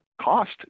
cost